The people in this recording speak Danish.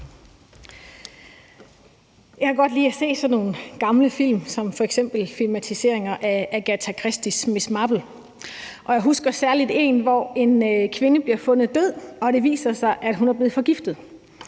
Jeg kan godt lide at se sådan nogle gamle film som f.eks. filmatiseringer af Agatha Christies miss Marble-krimier, og jeg husker særlig en, hvor en kvinde bliver fundet død og det viser sig, at hun er blevet forgiftet.